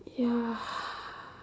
ya